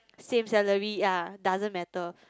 same salary yea doesn't matter